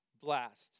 blast